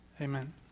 Amen